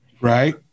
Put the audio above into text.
right